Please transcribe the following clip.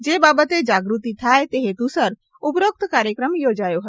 જે બાબતે જાગૃતિ થાય તે હેતુસર ઉપરોક્ત કાર્યક્રમ યોજાયો હતો